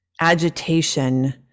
agitation